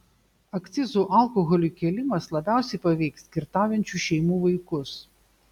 akcizų alkoholiui kėlimas labiausiai paveiks girtaujančių šeimų vaikus